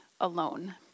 alone